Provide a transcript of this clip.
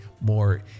more